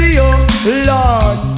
Lord